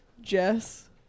Jess